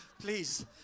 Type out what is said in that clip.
Please